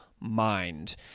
mind